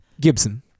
Gibson